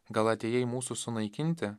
gal atėjai mūsų sunaikinti